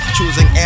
Choosing